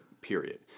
period